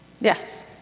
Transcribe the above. Yes